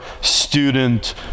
student